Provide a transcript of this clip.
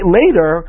later